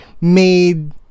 made